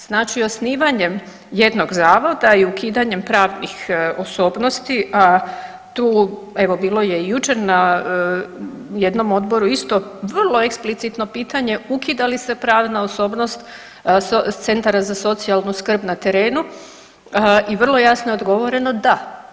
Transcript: Znači osnivanjem jednog zavoda i ukidanjem pravnih osobnosti tu, evo bilo je i jučer na jednom Odboru vrlo eksplicitno pitanje, ukida li se pravna osobnost centara za socijalnu skrb na terenu i vrlo jasno je odgovoreno da.